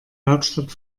hauptstadt